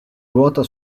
ruota